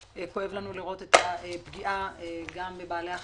כואב לנו מאוד לראות את הפגיעה גם בבעלי החיים,